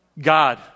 God